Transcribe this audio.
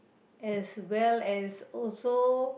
as well as also